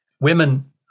women